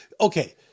Okay